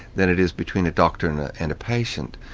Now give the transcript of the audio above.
than it is between a doctor and and a patient.